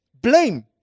blame